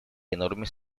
enormes